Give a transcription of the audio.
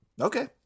Okay